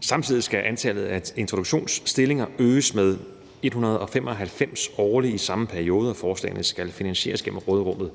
Samtidig skal antallet af introduktionsstillinger øges med 195 årligt i samme periode. Forslagene skal finansieres igennem råderummet.«